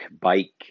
bike